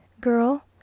Girl